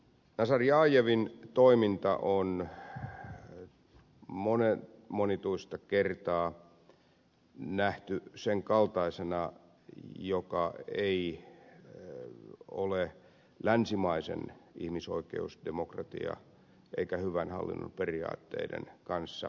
nazarbajevin toiminta on monen monituista kertaa nähty sen kaltaisena että se ei ole länsimaisen ihmisoikeusdemokratian eikä hyvän hallinnon periaatteiden kanssa täydellisessä sopusoinnussa